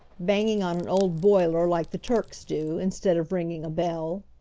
banging on an old boiler like the turks do, instead of ringing a bell.